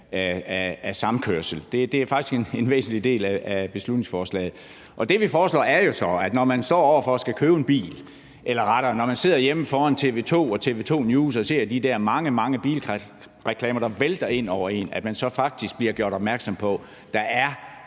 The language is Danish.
af samkørsel. Det er faktisk en væsentlig del af beslutningsforslaget. Det, vi foreslår, er jo så, at når man står over for at skulle købe en bil, eller – rettere sagt – at man, når man sidder hjemme foran TV 2 og TV 2 News og ser de her mange, mange bilreklamer, der vælter ind over en, så bliver man faktisk gjort opmærksom på, at der